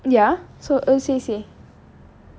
ya so bala வே அரைகுரானே அம்மில:vae araikuraanae ammila